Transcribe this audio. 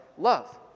Love